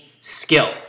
skill